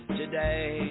today